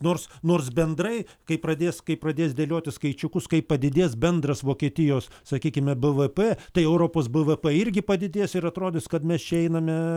nors nors bendrai kai pradės kai pradės dėlioti skaičiukus kai padidės bendras vokietijos sakykime bvp tai europos bvp irgi padidės ir atrodys kad mes čia einame